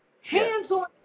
hands-on